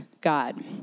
God